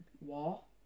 wall